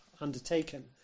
undertaken